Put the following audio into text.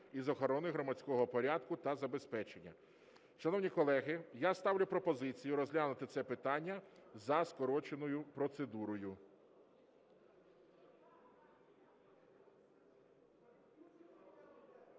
із охорони громадського порядку та забезпечення... Шановні колеги, я ставлю пропозицію розглянути це питання за скороченою процедурою.